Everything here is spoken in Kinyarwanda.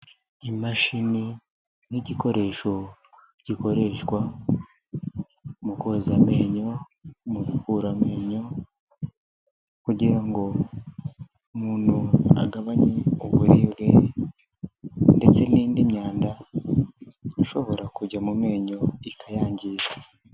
Imashini n'igikoresho gikoreshwa mu koza amenyo, mu gukura amenyo kugira ngo umuntu agabanye uburibwe ndetse n'indi myanda ishobora kujya mu menyo ikayangiza.